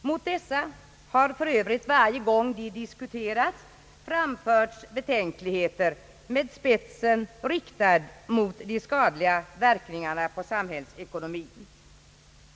Mot dessa har för övrigt varje gång de diskuterats framförts betänkligheter med spetsen riktad mot de skadliga verkningarna på samhällsekonomien.